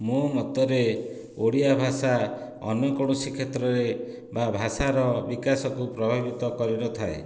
ମୋ ମତରେ ଓଡ଼ିଆ ଭାଷା ଅନ୍ୟ କୌଣସି କ୍ଷେତ୍ରରେ ବା ଭାଷାର ବିକାଶକୁ ପ୍ରଭାବିତ କରିନଥାଏ